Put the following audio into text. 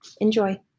Enjoy